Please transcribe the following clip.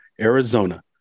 Arizona